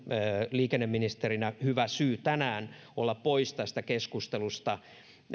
liikenneministerinä hyvä syy tänään olla pois tästä keskustelusta